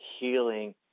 healing